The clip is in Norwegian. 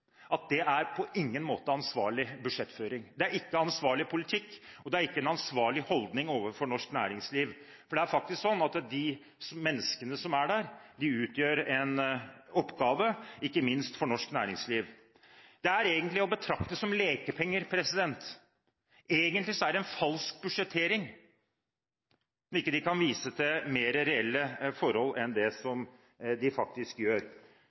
bestemt at det på ingen måte er ansvarlig budsjettføring. Det er ikke ansvarlig politikk, og det er ikke en ansvarlig holdning overfor norsk næringsliv, for det er faktisk sånn at de menneskene som er der, gjør en oppgave – ikke minst for norsk næringsliv. Det er egentlig å betrakte som lekepenger. Egentlig er det en falsk budsjettering når de ikke kan vise til mer reelle forhold enn de faktisk gjør.